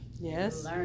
Yes